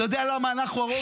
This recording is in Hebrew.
אתה יודע למה אנחנו הרוב?